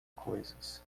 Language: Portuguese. coisas